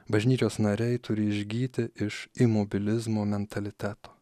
bažnyčios nariai turi išgyti iš imobilizmo mentaliteto